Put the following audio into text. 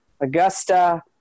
Augusta